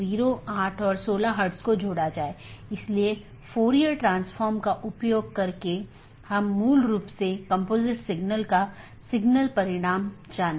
इसका मतलब है कि BGP का एक लक्ष्य पारगमन ट्रैफिक की मात्रा को कम करना है जिसका अर्थ है कि यह न तो AS उत्पन्न कर रहा है और न ही AS में समाप्त हो रहा है लेकिन यह इस AS के क्षेत्र से गुजर रहा है